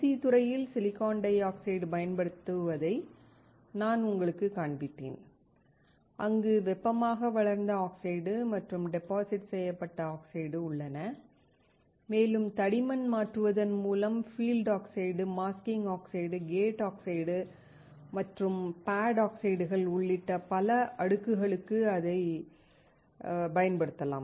C துறையில் silicon dioxide பயன்படுத்துவதை நான் உங்களுக்குக் காண்பித்தேன் அங்கு வெப்பமாக வளர்ந்த ஆக்சைடு மற்றும் டெபாசிட் செய்யப்பட்ட ஆக்சைடு உள்ளன மேலும் தடிமன் மாற்றுவதன் மூலம் field oxide masking oxide gate oxide மற்றும் பேட் ஆக்சைடுகள் உள்ளிட்ட பல அடுக்குகளுக்கு இதைப் பயன்படுத்தலாம்